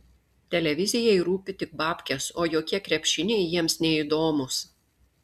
televizijai rūpi tik babkės o jokie krepšiniai jiems neįdomūs